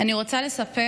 אני רוצה לספר